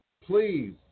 please